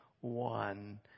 one